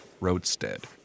roadstead